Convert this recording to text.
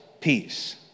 peace